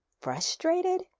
Frustrated